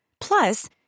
Plus